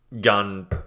gun